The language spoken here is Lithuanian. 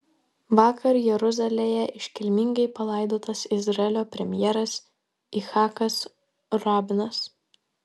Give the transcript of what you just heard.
vakar jeruzalėje iškilmingai palaidotas izraelio premjeras icchakas rabinas